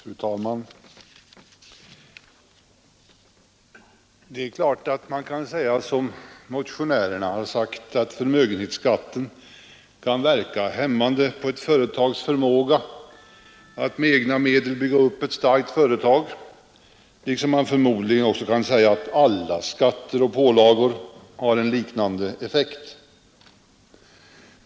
Fru talman! Det är klart att man som motionärerna kan säga att förmögenhetsskatten kan verka hämmande på förmågan att med egna medel bygga upp ett starkt företag, liksom man förmodligen kan säga att alla skatter och pålagor har en liknande effekt.